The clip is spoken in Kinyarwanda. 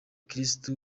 kristo